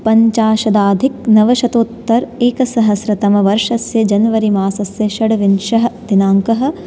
पञ्चाशदधिकनवशतोत्तर एकसहस्रतमवर्षस्य जान्वरि मासस्य षडविंशः दिनाङ्कः